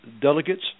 delegates